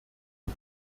und